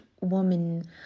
woman